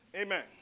Amen